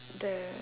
the